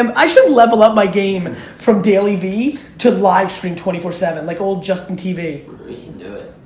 um i should level up my game from daily v to live streaming twenty four seven like old justin tv. you can do it.